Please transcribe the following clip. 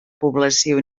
població